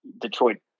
Detroit